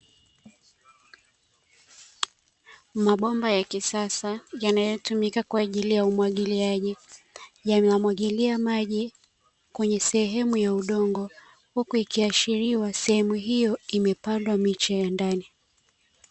Mabomba ya kisasa yanayotumika kwaajili ya umwagiliaji, yanamwagilia maji kwenye sehemu ya udongo huku ikiashiriwa sehemu hiyo imepandwa miche ya ndani.